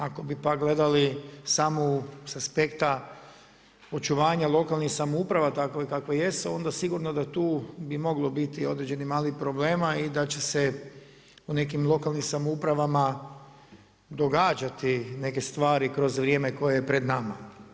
Ako bi pak gledali samo sa aspekta očuvanja lokalnih samouprava takve kakve jesu onda sigurno da tu bi moglo biti određenih malih problema i da će se u nekim lokalnim samoupravama događati neke stvari kroz vrijeme koje je pred nama.